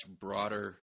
broader